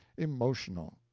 emotional.